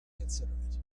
considerate